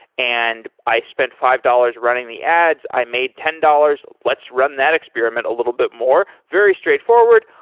and i spent five dollars running the ads. i made ten dollars. let's run that experiment a little bit more. very straightforward.